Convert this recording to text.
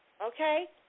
Okay